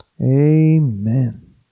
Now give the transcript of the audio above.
Amen